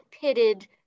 pitted